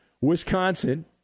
Wisconsin